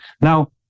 Now